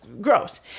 gross